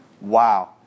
Wow